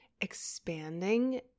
expanding